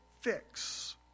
fix